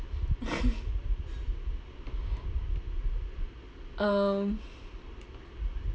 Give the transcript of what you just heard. um